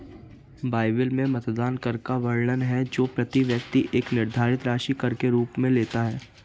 Bible में मतदान कर का वर्णन है जो प्रति व्यक्ति एक निर्धारित राशि कर के रूप में लेता है